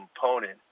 component